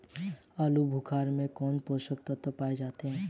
आलूबुखारा में कौन से पोषक तत्व पाए जाते हैं?